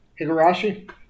Higurashi